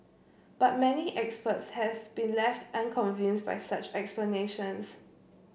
but many experts have been left unconvinced by such explanations